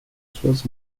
suas